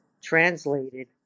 translated